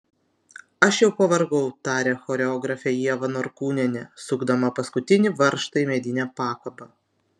aš jau pavargau tarė choreografė ieva norkūnienė sukdama paskutinį varžtą į medinę pakabą